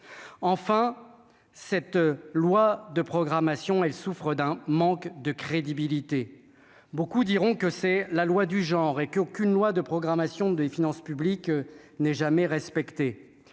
enfin, cette loi de programmation, elle souffre d'un manque de crédibilité, beaucoup diront que c'est la loi du genre et qu'aucune loi de programmation des finances publiques n'est jamais respecté,